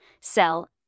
sell